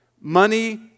money